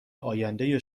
آینده